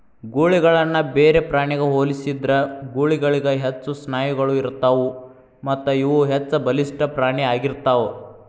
ಗೂಳಿಗಳನ್ನ ಬೇರೆ ಪ್ರಾಣಿಗ ಹೋಲಿಸಿದ್ರ ಗೂಳಿಗಳಿಗ ಹೆಚ್ಚು ಸ್ನಾಯುಗಳು ಇರತ್ತಾವು ಮತ್ತಇವು ಹೆಚ್ಚಬಲಿಷ್ಠ ಪ್ರಾಣಿ ಆಗಿರ್ತಾವ